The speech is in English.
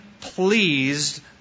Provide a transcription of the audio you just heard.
pleased